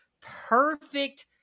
perfect